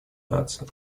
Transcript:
наций